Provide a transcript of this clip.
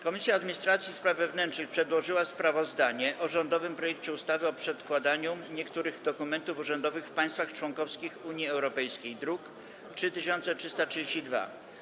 Komisja Administracji i Spraw Wewnętrznych przedłożyła sprawozdanie o rządowym projekcie ustawy o przedkładaniu niektórych dokumentów urzędowych w państwach członkowskich Unii Europejskiej, druk nr 3332.